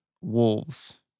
wolves